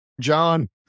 John